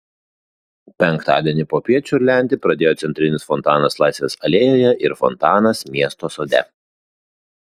penktadienį popiet čiurlenti pradėjo centrinis fontanas laisvės alėjoje ir fontanas miesto sode